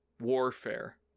warfare